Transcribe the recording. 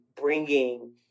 bringing